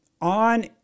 on